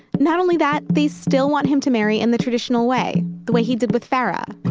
not only that, they still want him to marry in the traditional way, the way he did with farah